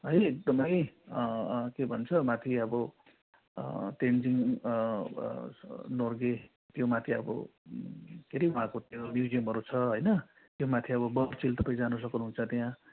है एकदम के भन्छ माथि अब तेन्जिङ नोर्गे त्यो माथि अब के अरे उहाँको त्यो म्युजियमहरू छ होइन त्यो माथि अब बर्च हिल तपाईँ जानु सक्नु हुन्छ त्यहाँ